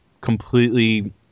completely